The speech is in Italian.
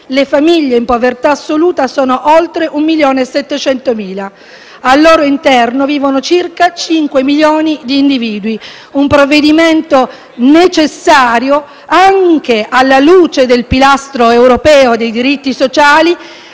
le famiglie in povertà assoluta sono oltre 1.700.000 e al loro interno vivono circa cinque milioni di individui. Il provvedimento è necessario anche alla luce del Pilastro europeo dei diritti sociali